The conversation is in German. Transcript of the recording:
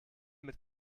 mit